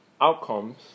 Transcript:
outcomes